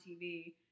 TV